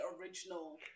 original